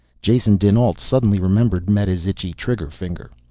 jason dinalt suddenly remembered meta's itchy trigger finger.